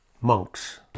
monks